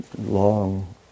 long